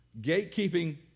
Gatekeeping